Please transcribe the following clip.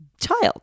child